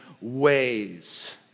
ways